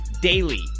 daily